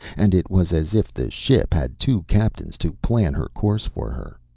and it was as if the ship had two captains to plan her course for her.